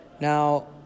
Now